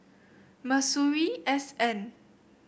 Masuri S N